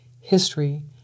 history